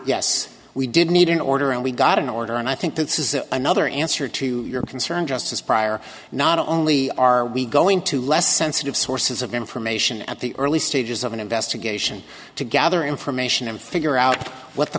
yes we did need an order and we got an order and i think this is another answer to your concern just as prior not only are we going to less sensitive sources of information at the early stages of an investigation to gather information and figure out what the